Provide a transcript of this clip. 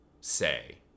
say